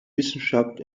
wissenschaft